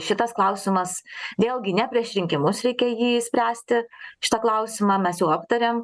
šitas klausimas vėlgi ne prieš rinkimus reikia jį išspręsti šitą klausimą mes jau aptarėm